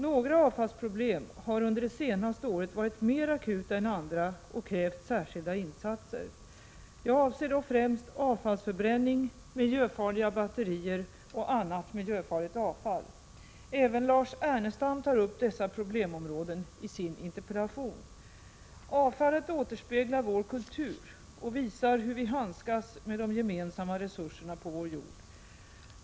Några avfallsproblem har under det senaste året varit mer akuta än andra och krävt särskilda insatser. Jag avser då främst avfallsförbränning, miljöfarliga batterier och annat miljöfarligt avfall. Även Lars Ernestam tar upp dessa problemområden i sin interpellation. Avfallet återspeglar vår kultur och visar hur vi handskas med de gemensamma resurserna på vår jord.